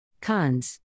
Cons